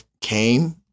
came